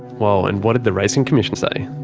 whoa, and what did the racing commissioner say?